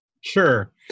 Sure